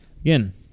again